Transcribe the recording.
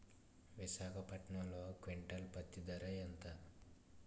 విశాఖపట్నంలో క్వింటాల్ పత్తి ధర ఎంత?